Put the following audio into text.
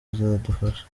azadufasha